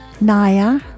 Naya